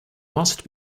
must